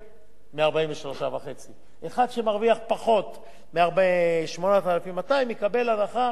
אחד שמרוויח פחות מ-8,200 יקבל הנחה הרבה יותר גדולה,